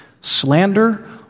slander